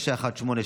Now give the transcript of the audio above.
918,